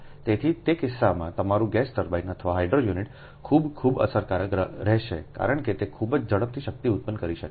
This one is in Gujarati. તેથી તે કિસ્સામાં તમારું ગેસ ટર્બાઇન અથવા હાઇડ્રો યુનિટ ખૂબ ખૂબ અસરકારક રહેશે કારણ કે તે ખૂબ જ ઝડપથી શક્તિ ઉત્પન્ન કરી શકે છે